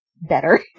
better